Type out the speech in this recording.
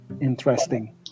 interesting